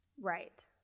right